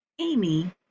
Amy